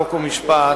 חוק ומשפט